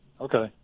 Okay